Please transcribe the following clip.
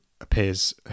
appears